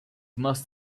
must